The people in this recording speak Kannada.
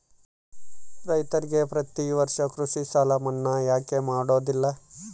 ರೈತರಿಗೆ ಪ್ರತಿ ವರ್ಷ ಕೃಷಿ ಸಾಲ ಮನ್ನಾ ಯಾಕೆ ಮಾಡೋದಿಲ್ಲ?